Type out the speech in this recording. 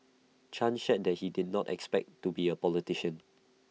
chan shared that he did not expect to be A politician